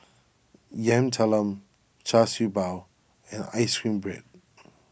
Yam Talam Char Siew Bao and Ice Cream Bread